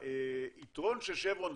היתרון של 'שברון',